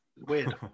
weird